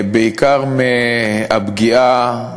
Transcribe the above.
בעיקר מהפגיעה,